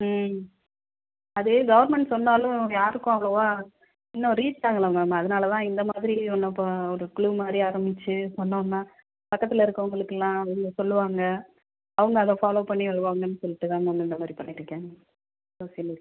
ம் அது கவுர்ன்மெண்ட் சொன்னாலும் யாருக்கும் அவ்வளோவா இன்னும் ரீச் ஆகலை மேம் அதனால் தான் இந்த மாதிரி ஒன்று இப்போ ஒரு குழு மாதிரி ஆரம்பித்து சொன்னோம்னா பக்கத்தில் இருக்கவங்களுக்குலாம் இவங்க சொல்லுவாங்க அவங்க அதை ஃபாலோ பண்ணி வருவாங்கன்னு சொல்லிட்டு தான் மேம் இந்த மாதிரி பண்ணிட்டுருக்கேன் சோஷியலிஸ்ட்